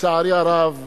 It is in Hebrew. לצערי הרב,